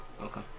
Okay